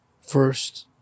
first